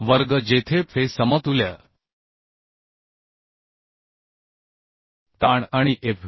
वर्ग जेथे fe समतुल्य ताण आणि fb